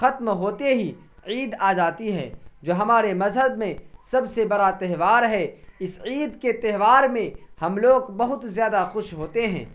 ختم ہوتے ہی عید آ جاتی ہے جو ہمارے مذہب میں سب سے بڑا تہوار ہے اس عید کے تہوار میں ہم لوگ بہت زیادہ خوش ہوتے ہیں